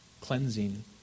cleansing